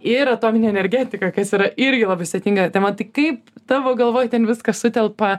ir atominė energetika kas yra irgi labai sudėtinga tema tai kaip tavo galvoj ten viskas sutelpa